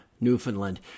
Newfoundland